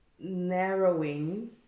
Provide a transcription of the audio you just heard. narrowing